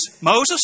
Moses